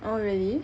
oh really